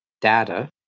data